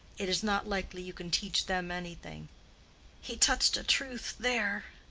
it is not likely you can teach them anything he touched a truth there.